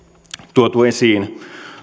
tuotu esiin